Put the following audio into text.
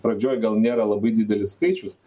pradžioj gal nėra labai didelis skaičius